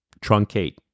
truncate